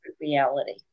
reality